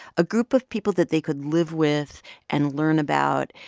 a group of people that they could live with and learn about.